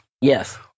Yes